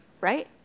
right